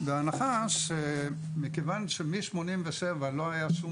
בהנחה שמכיוון שמאז שנת 1987 לא היה שום